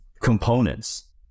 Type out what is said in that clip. components